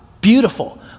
beautiful